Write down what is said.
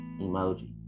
emoji